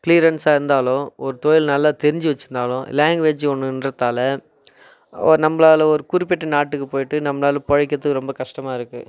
க்ளியரன்ஸாக இருந்தாலோ ஒரு தொழில் நல்லா தெரிஞ்சு வச்சுருந்தாலோ லாங்க்வேஜு ஒன்றுன்றத்தால ஓர் நம்பளாலே ஒரு குறிப்பிட்ட நாட்டுக்கு போயிட்டு நம்பளாலே பிழைக்கிறதுக்கு ரொம்ப கஷ்டமாக இருக்குது